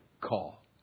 call